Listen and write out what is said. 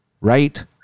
right